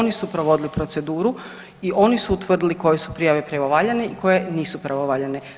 Oni su provodili proceduru i oni su utvrdili koje su prijave pravovaljane i koje nisu pravovaljane.